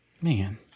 Man